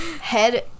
head